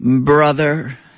Brother